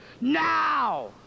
Now